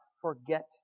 forget